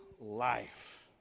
life